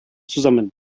zusammen